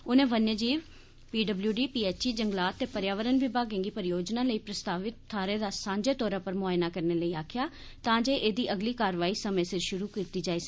उनें वन्य जीव पीडब्ल्यूडी पीएचई जंगला ते पर्यावरण विमागें गी परियोजना लेई प्रस्तावित थाहर दा सांझे तौरै उप्पर मुआयना करदे होई आक्खेआ तां जे एदी अगली कार्यवाही समें सिर शुरू कीती जाई सकै